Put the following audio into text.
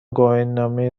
گواهینامه